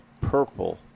purple